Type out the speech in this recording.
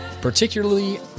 particularly